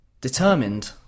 determined